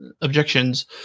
objections